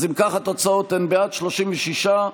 אם כך, התוצאות הן: בעד, 36,